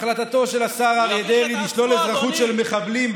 החלטתו של השר אריה דרעי לשלול אזרחות של מחבלים,